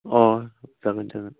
अह जागोन जागोन